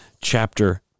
chapter